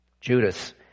Judas